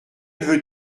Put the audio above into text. veux